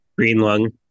Greenlung